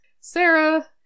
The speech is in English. Sarah